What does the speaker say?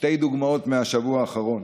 שתי דוגמאות מהשבוע האחרון: